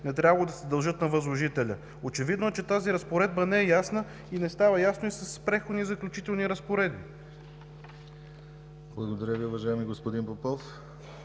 Не трябва да се дължат на възложителя. Очевидно е, че тази разпоредба не е ясна и не става ясна и с Преходните и заключителните разпоредби.